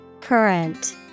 Current